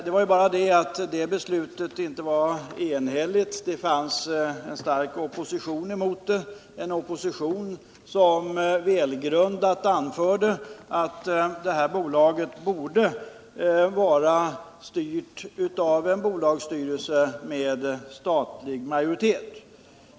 Det är bara ett aber, beslutet var inte enhälligt, utan det fanns en stark opposition mot det, en opposition som välgrundat anförde att bolaget borde ha en bolagsstyrelse med statlig majoritet.